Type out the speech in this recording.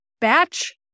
batch